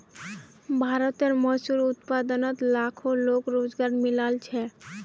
भारतेर मशहूर उत्पादनोत लाखों लोगोक रोज़गार मिलाल छे